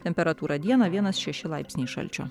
temperatūra dieną vienas šeši laipsniai šalčio